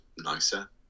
nicer